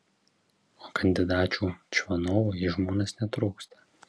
o kandidačių čvanovui į žmonas netrūksta